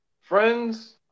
Friends